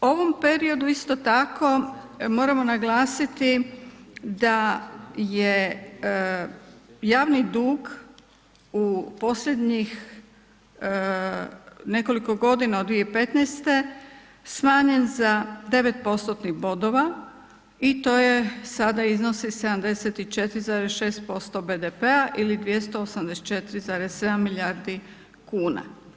U ovom periodu isto tako moramo naglasiti da je javni dug u posljednjih nekoliko godina od 2015. smanjen za 9 postotnih bodova i to je sada iznosi 74,6% BDP-a ili 284,7 milijardi kuna.